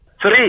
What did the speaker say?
Three